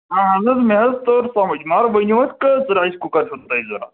اہن حظ مےٚ حظ توٚر سمجھ مگر ؤنِو حظ کٔژ رایِس کُکر چھو تۄہہِ ضرورت